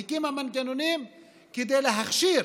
והקימה מנגנונים כדי להכשיר